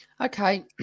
Okay